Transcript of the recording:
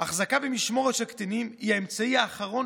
החזקה במשמורת של קטינים היא האמצעי האחרון